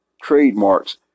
trademarks